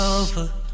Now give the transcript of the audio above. over